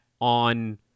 on